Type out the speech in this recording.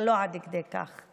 אבל לא עד כדי כך.